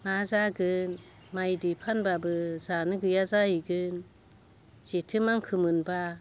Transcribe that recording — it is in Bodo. मा जागोन माइदि फानबाबो जानो गैया जाहैगोन जेथो माखो मोनबा